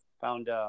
Found